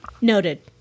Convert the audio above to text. Noted